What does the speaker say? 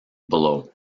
below